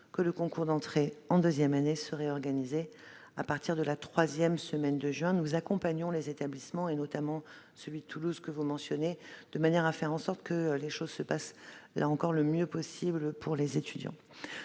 que le concours d'entrée en deuxième année serait organisé à partir de la troisième semaine de juin. Nous accompagnons les établissements, notamment celui de Toulouse que vous mentionnez, afin que les choses se passent le mieux possible pour les étudiants.